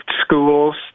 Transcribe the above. schools